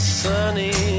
sunny